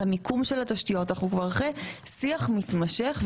אנחנו כבר אחרי שיח מתמשך,